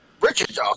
Richard